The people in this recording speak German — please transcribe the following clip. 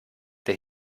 der